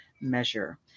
measure